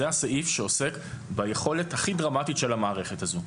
זה הסעיף שעוסק ביכולת הכי דרמטית של המערכת הזאת.